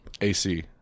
AC